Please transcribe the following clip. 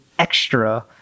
extra